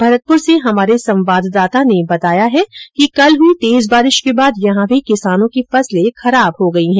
भरतपुर से हमारे संवाददाता ने बताया कि कल हुई तेज बारिश के बाद यहां भी किसानों की फसले खराब हो गई है